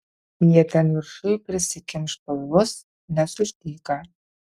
jie ten viršuj prisikimš pilvus nes už dyka